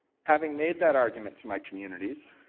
having made that argument to my communities